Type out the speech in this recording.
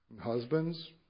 Husbands